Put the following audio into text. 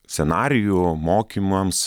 scenarijų mokymams